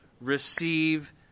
receive